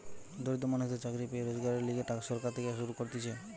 দরিদ্র মানুষদের চাকরি পেয়ে রোজগারের লিগে সরকার থেকে শুরু করতিছে